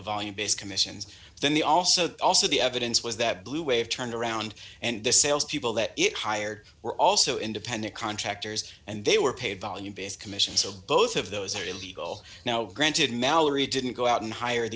value based commissions then they also also the evidence was that blue wave turned around and the salespeople that it hired were also independent contractors and they were paid volume based commissions of both of those very legal now granted mallory didn't go out and hire